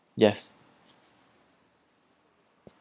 yes